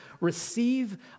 receive